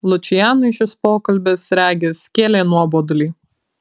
lučianui šis pokalbis regis kėlė nuobodulį